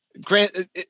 Grant